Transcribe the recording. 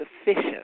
sufficient